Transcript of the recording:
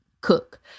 cook